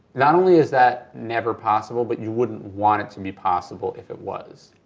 not only is that never possible, but you wouldn't want it to be possible if it was.